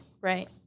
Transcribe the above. Right